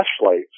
flashlights